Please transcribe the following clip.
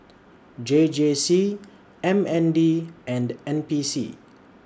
J J C M N D and N P C